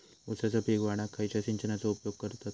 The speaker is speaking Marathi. ऊसाचा पीक वाढाक खयच्या सिंचनाचो उपयोग करतत?